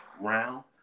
round